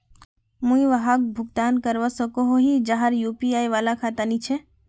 मुई वहाक भुगतान करवा सकोहो ही जहार यु.पी.आई वाला खाता नी छे?